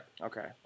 Okay